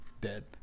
dead